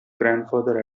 grandfather